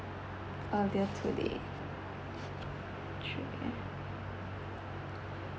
uh there are two day